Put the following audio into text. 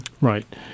Right